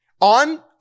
On